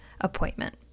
appointment